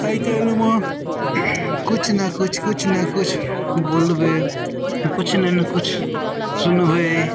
आइ काल्हिमे किछु ने किछु किछु ने किछु बोलबय किछु ने नऽ किछु सुनबय